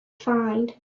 find